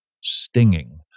stinging